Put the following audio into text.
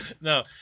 No